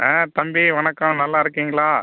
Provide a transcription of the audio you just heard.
ஆ தம்பி வணக்கம் நல்லாயிருக்கிங்களா